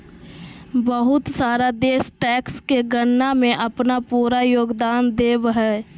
बहुत सा देश टैक्स के गणना में अपन पूरा योगदान देब हइ